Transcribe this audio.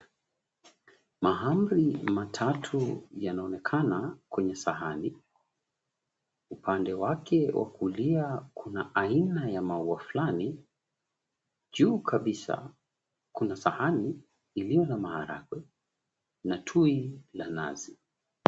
Mahamri matatu yanaonekana kwenye sahani. Pande yake ya kulia kuna maua ya aina fulani. Juu kabisa, kuna sahani iliyo na maharagwe na tui la nazi.